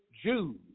Jews